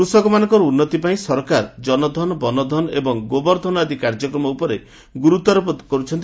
କୃଷକମାନଙ୍କର ଉନ୍ନତି ପାଇଁ ସରକାର ଜନଧନ ବନଧନ ଏବଂ ଗୋବରଧନ ଆଦି କାର୍ଯ୍ରକ୍ରମ ଉପରେ ଗୁରୁତ୍ୱାରୋପ କରୁଛନ୍ତି